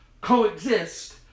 coexist